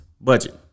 budget